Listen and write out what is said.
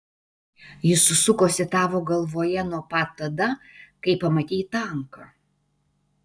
jis sukosi tavo galvoje nuo pat tada kai pamatei tanką